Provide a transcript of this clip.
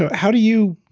ah how do you,